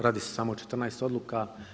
Radi se samo o 14 odluka.